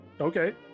okay